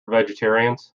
vegetarians